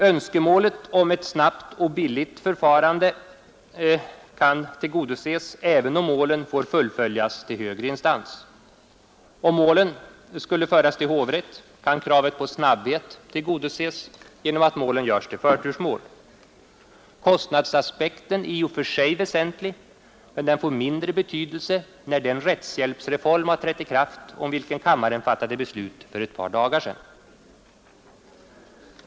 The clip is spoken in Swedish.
Önskemålet om ett snabbt och billigt förfarande kan tillgodoses även om målen får fullföljas till högre instans. Om målen skulle föras till hovrätt kan kravet på snabbhet tillgodoses genom att målen görs till förtursmål. Kostnadsaspekten är i och för sig väsentlig, men den får mindre betydelse när den rättshjälpsreform har trätt i kraft om vilken kammaren fattade beslut för ett par dagar sedan.